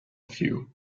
view